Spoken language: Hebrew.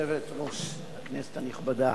יושבת-ראש נכבדה,